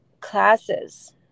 classes